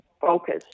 focus